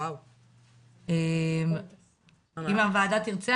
אם הוועדה תרצה,